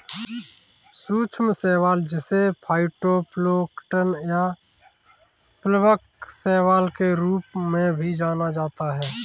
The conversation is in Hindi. सूक्ष्म शैवाल जिसे फाइटोप्लैंक्टन या प्लवक शैवाल के रूप में भी जाना जाता है